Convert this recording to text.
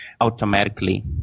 automatically